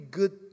good